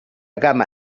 gamma